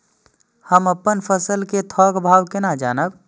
हम अपन फसल कै थौक भाव केना जानब?